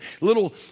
little